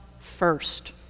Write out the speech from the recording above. first